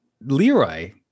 Leroy